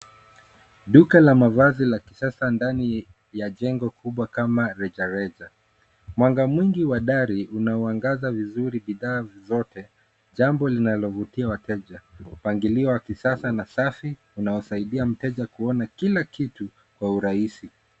Duka la mavazi la kisasa ndani ya jengo kubwa kama reja reja. Mwanga mwingi wa dari unaouangaza vizuri bidaa zote, jambo linalovutia wateja. Upangilio wa kisasa na safi unaosaidia mteja kuona kila kitu kwa urahisi.